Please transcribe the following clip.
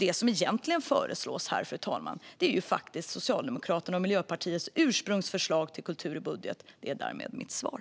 Det som egentligen föreslås här är Socialdemokraternas och Miljöpartiets ursprungsförslag till kulturbudget. Det är därmed mitt svar.